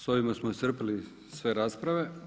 Sa ovime smo iscrpili sve rasprave.